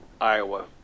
Iowa